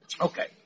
Okay